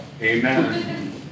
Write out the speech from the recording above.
Amen